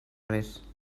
res